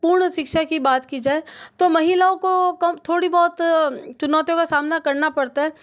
पूर्ण शिक्षा की बात की जाए तो महिलाओं को कम थोड़ी बहुत चुनौतियों का सामना करना पड़ता है